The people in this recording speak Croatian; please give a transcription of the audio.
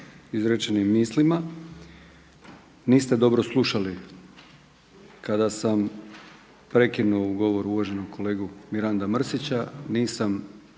izrečenim mislima. Niste dobro slušali kada sam prekinuo u govoru uvaženog kolegu Miranda Mrsića.